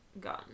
gun